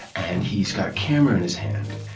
and he's got a camera in his hand.